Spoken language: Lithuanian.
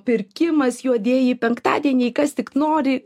pirkimas juodieji penktadieniai kas tik nori